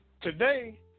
Today